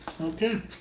Okay